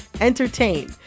entertain